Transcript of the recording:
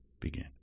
begin